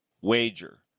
wager